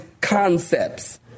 concepts